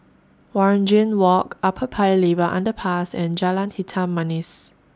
Waringin Walk Upper Paya Lebar Underpass and Jalan Hitam Manis